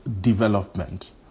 development